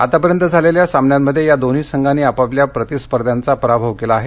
आतापर्यंत झालेल्या सामन्यांमध्ये या दोन्ही संघानी आपापल्या प्रतिस्पर्ध्यांचा पराभव केला आहे